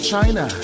China